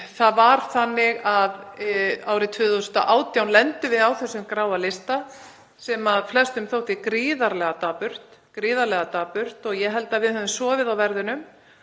utan um hlutina. Árið 2018 lendum við á þessum gráa lista sem flestum þótti gríðarlega dapurt og ég held að við höfum sofið á verðinum